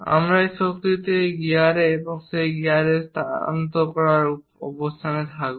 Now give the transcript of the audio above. আমরা এই শক্তিটি এই গিয়ারে এবং সেই গিয়ারে স্থানান্তর করার অবস্থানে থাকব